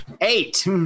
Eight